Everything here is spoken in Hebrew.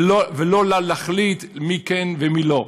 ולא לה להחליט מי כן ומי לא.